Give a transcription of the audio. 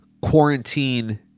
quarantine